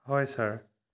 হয় ছাৰ